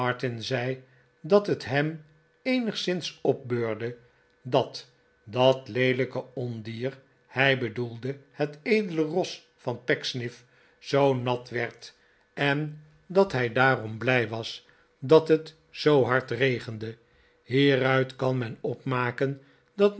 zei dat het hem eenigszins opbeurde dat dat leelijke ondier hij bedoelde het edele ros van pecksniff zoo nat werd en dat hij daarom blij was dat het zoo hard regende hieruit kan men opmaken dat